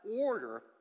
order